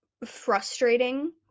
frustrating